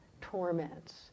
torments